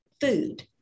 food